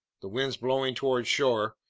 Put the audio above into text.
the wind's blowing toward shore.